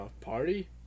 Party